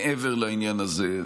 מעבר לעניין הזה,